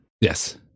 Yes